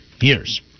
years